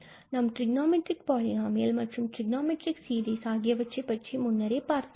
நாம் trigonometric polynomial மற்றும் trigonometric series ஆகியவற்றைப் பற்றி முன்னரே பார்த்துள்ளோம்